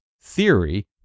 theory